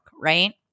right